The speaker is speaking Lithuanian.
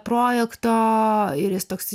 projekto ir jis toks